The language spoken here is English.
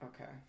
Okay